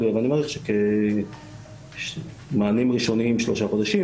אבל אני מעריך שמענים ראשונים שלושה חודשים,